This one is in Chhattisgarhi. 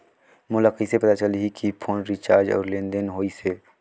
मोला कइसे पता चलही की फोन रिचार्ज और लेनदेन होइस हे?